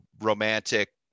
romantic